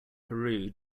peru